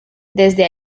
desde